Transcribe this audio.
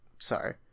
Sorry